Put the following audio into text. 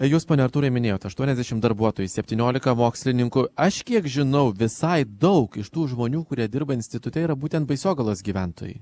jūs pone artūrai minėjot aštuoniasdešimt darbuotojų septyniolika mokslininkų aš kiek žinau visai daug iš tų žmonių kurie dirba institute yra būtent baisogalos gyventojai